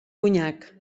conyac